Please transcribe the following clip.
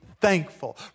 thankful